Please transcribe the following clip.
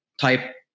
Type